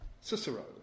Cicero